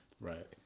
Right